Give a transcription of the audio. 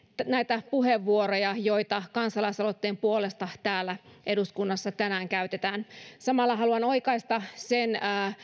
näitä puheenvuoroja joita kansalaisaloitteen puolesta täällä eduskunnassa tänään käytetään samalla haluan oikaista sen